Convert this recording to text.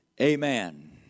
Amen